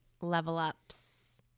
level-ups